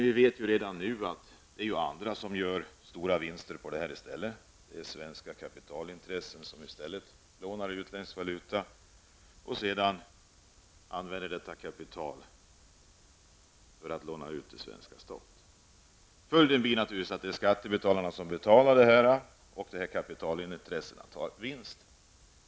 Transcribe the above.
Vi vet dock att andra gör stora vinster med det nuvarande systemet. Svenska kapitalintressen lånar utländsk valuta för att sedan använda kapitalet för utlåning till svenska staten. Följden blir naturligtvis att det är skattebetalarna som får betala, medan kapitalintressena tar vinsten.